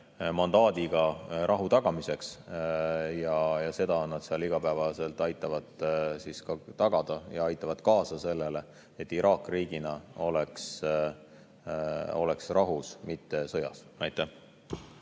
ülesanne rahu tagamiseks ja seda nad seal igapäevaselt aitavad tagada. Nad aitavad kaasa sellele, et Iraak riigina oleks rahus, mitte sõjas. Aitäh!